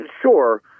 sure